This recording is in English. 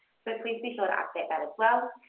so please be sure to update that as well.